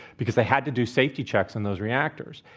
because they had to do safety checks on those reactors.